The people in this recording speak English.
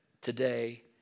today